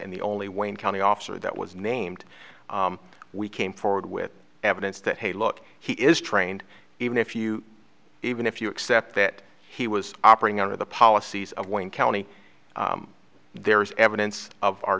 and the only wayne county officer that was named we came forward with evidence that hey look he is trained even if you even if you accept that he was operating under the policies of wayne county there is evidence of our